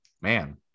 Man